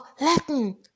latin